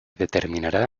determinará